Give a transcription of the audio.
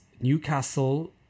Newcastle